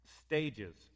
stages